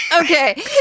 okay